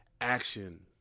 action